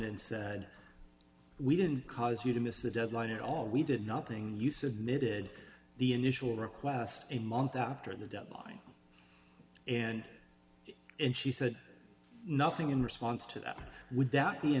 and said we didn't cause you to miss the deadline at all we did nothing you submitted the initial request a month after the deadline and and she said nothing in response to that would that be a